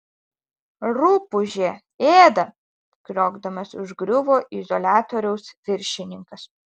rupūžė ėda kriokdamas užgriuvo izoliatoriaus viršininkas